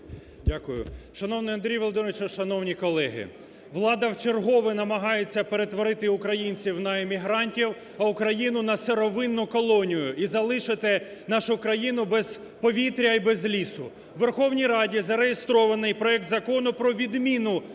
Дякую. Шановний Андрію Володимировичу! Шановні колеги! Влада в чергове намагається перетворити українців на емігрантів, а Україну – на сировинну колонію і залишити нашу країну без повітря і без лісу. У Верховній Раді зареєстрований проект Закону про відміну